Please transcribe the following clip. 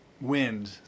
wind